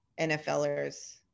NFLers